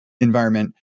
environment